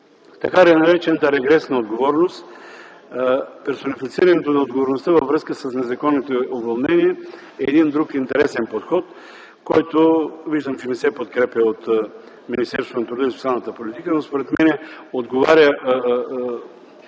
Така наречената регресна отговорност. Персонифицирането на отговорността във връзка с незаконните уволнения е един друг интересен подход. Виждам, че той не се подкрепя от Министерството на труда и социалната политика, но според мен отговаря.